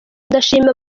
ndashimira